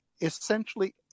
essentially